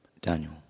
Daniel